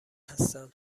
هستم